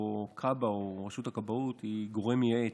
ובו רשות הכבאות היא גורם מייעץ.